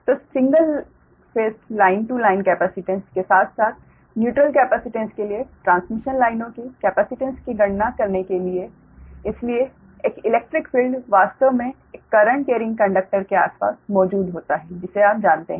तो single phase line to line capacitance के साथ साथ न्यूट्रल कैपेसिटेन्स के लिए ट्रांसमिशन लाइनों की कैपेसिटेंस की गणना करने के लिए इसलिए एक इलेक्ट्रिक फील्ड वास्तव में एक करंट केरिंग कंडक्टर के आसपास मौजूद होता है जिसे आप जानते हैं